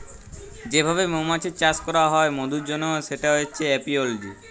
যে ভাবে মমাছির চাষ ক্যরা হ্যয় মধুর জনহ সেটা হচ্যে এপিওলজি